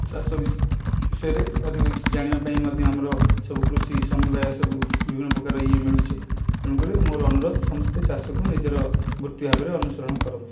ଚାଷ ବିଷୟରେ ଅଧିକ କିଛି ଜାଣିବା ପାଇଁ ମଧ୍ୟ ଆମର ସବୁ କୃଷି ସମବାୟ ସବୁ ବିଭିନ୍ନ ପ୍ରକାର ମିଳୁଛି ତେଣୁକରି ମୋର ଅନୁରୋଧ ସମସ୍ତେ ଚାଷକୁ ନିଜର ବୃତ୍ତି ଭାବରେ ଅନୁସରଣ କରନ୍ତୁ